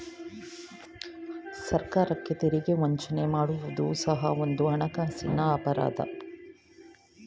ಸರ್ಕಾರಕ್ಕೆ ತೆರಿಗೆ ವಂಚನೆ ಮಾಡುವುದು ಸಹ ಒಂದು ಹಣಕಾಸಿನ ಅಪರಾಧ